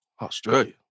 Australia